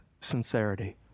sincerity